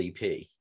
EP